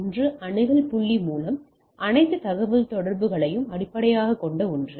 ஒன்று அணுகல் புள்ளி மூலம் அனைத்து தகவல்தொடர்புகளையும் அடிப்படையாகக் கொண்ட ஒன்று